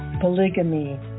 polygamy